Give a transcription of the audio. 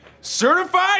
Certified